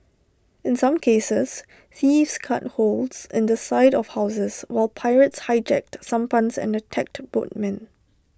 in some cases thieves cut holes in the side of houses while pirates hijacked sampans and attacked boatmen